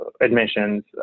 admissions